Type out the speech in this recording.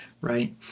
right